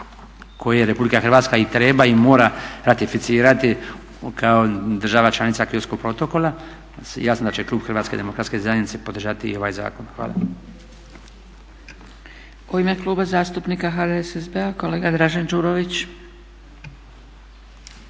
koje RH i treba i mora ratificirati kao država članica Kyotskog protokola, jasno da će klub Hrvatske demokratske zajednice podržati i ovaj zakon. Hvala. **Zgrebec, Dragica (SDP)** U ime Kluba zastupnika HDSSB-a kolega Dražen Đurović.